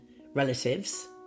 relatives